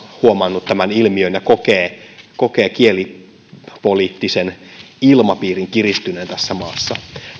huomannut tämän ilmiön ja kokee kokee kielipoliittisen ilmapiirin kiristyneen tässä maassa